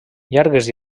llargues